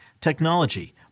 technology